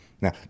Now